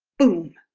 boom!